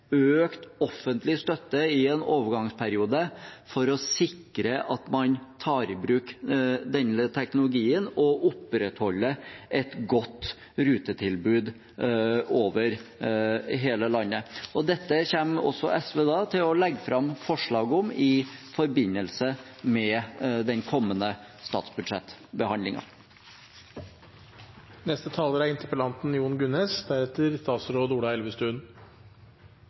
økt offentlig støtte i en overgangsperiode for å sikre at man tar i bruk denne teknologien og opprettholder et godt rutetilbud over hele landet. Dette kommer SV til å legge fram forslag om i forbindelse med den kommende